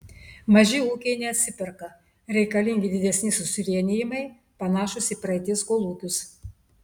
maži ūkiai neatsiperka reikalingi didesni susivienijimai panašūs į praeities kolūkius